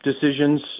decisions